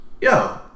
yo